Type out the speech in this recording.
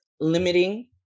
limiting